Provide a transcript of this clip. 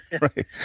Right